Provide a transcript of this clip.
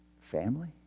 Family